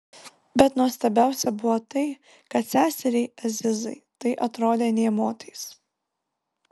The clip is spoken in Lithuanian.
bet nuostabiausia buvo tai kad seseriai azizai tai atrodė nė motais